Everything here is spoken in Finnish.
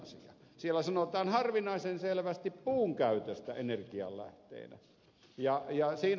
siellä sanotaan harvinaisen selvästi puun käytöstä energianlähteenä